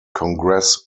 congress